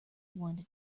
one